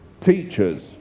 Teachers